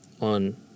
on